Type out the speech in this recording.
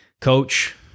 Coach